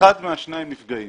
אחד מהשניים נפגע.